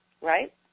right